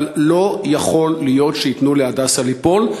אבל לא יכול להיות שייתנו ל"הדסה" ליפול,